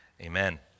amen